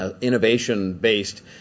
innovation-based